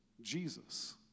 Jesus